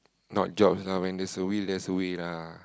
not jobs lah when there's a will there's a way lah